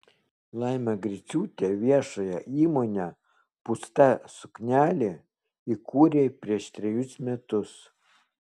laima griciūtė viešąją įmonę pūsta suknelė įkūrė prieš trejus metus